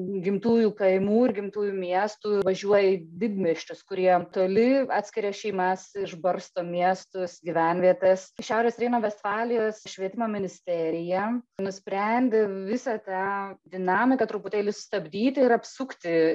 gimtųjų kaimų ir gimtųjų miestų važiuoja į didmiesčius kurie toli atskiria šeimas išbarsto miestus gyvenvietes šiaurės reino vestfalijos švietimo ministerija nusprendė visą tą dinamiką truputėlį stabdyti ir apsukti